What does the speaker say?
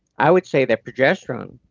i would say that progesterone